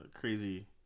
crazy